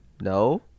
No